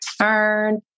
turn